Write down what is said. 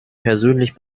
persönlich